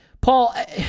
Paul